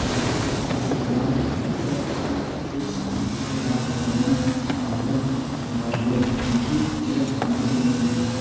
कृपया Aashirvaad super foods आटा का अपना ऑर्डर बदलें क्योंकि यह भंडार में नहीं है